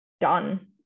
done